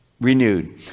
renewed